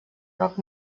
rock